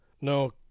no